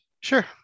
Sure